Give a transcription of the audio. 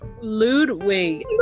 Ludwig